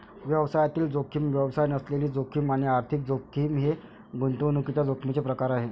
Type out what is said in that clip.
व्यवसायातील जोखीम, व्यवसाय नसलेली जोखीम आणि आर्थिक जोखीम हे गुंतवणुकीच्या जोखमीचे प्रकार आहेत